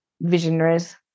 visionaries